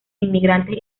inmigrantes